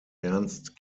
ernst